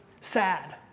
sad